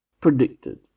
Predicted